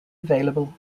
available